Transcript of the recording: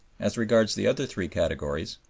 as regards the other three categories,